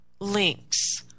links